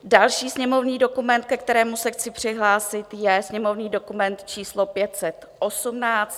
Další sněmovní dokument, ke kterému se chci přihlásit, je sněmovní dokument číslo 518.